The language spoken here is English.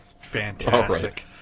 Fantastic